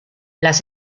las